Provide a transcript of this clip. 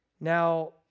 Now